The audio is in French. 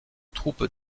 troupe